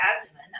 abdomen